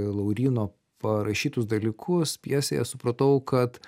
lauryno parašytus dalykus pjesėje supratau kad